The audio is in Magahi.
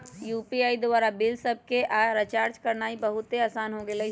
यू.पी.आई द्वारा बिल सभके जमा आऽ रिचार्ज करनाइ बहुते असान हो गेल हइ